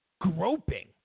groping